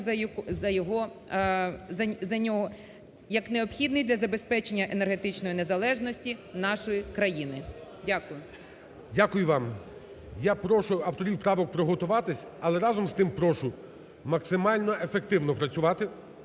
за нього, як необхідний для забезпечення енергетичної незалежності нашої країни. Дякую. ГОЛОВУЮЧИЙ. Дякую вам. Я прошу авторів правок приготуватись, але разом з тим прошу максимально ефективно працювати